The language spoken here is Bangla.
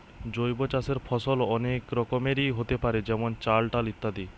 জৈব চাষের ফসল অনেক রকমেরই হোতে পারে যেমন চাল, ডাল ইত্যাদি